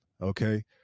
Okay